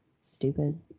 stupid